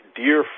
dear